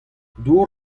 dour